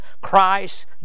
Christ